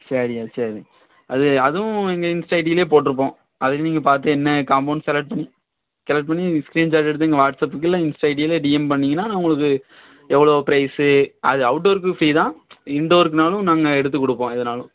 சரியா சரி அது அதுவும் எங்கள் இன்ஸ்டா ஐடியிலேயே போட்டுருப்போம் அது நீங்கள் பார்த்து என்ன காம்போனு செலெக்ட் பண்ணி செலெக்ட் பண்ணி நீங்கள் ஸ்கீரின் ஷார்ட் எடுத்து எங்கள் வாட்ஸ்ஆப்புக்கு இல்லை இன்ஸ்டா ஐடியில் டிஎம் பண்ணீங்கனா உங்களுக்கு எவ்வளோ ப்ரைஸு அது அவுட்டோருக்கு ஃப்ரீ தான் இன்டோர்க்குனாலும் நாங்கள் எடுத்து கொடுப்போம் எதுனாலும்